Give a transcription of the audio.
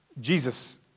Jesus